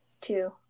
two